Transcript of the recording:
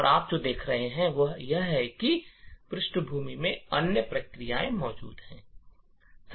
और आप जो देखते हैं वह यह है कि पृष्ठभूमि में अन्य प्रक्रियाएं मौजूद हैं